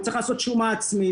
הוא צריך לעשות שומה עצמית.